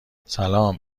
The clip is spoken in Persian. سلام